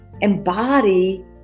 embody